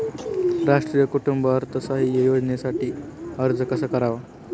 राष्ट्रीय कुटुंब अर्थसहाय्य योजनेसाठी अर्ज कसा करावा?